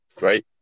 right